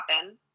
happen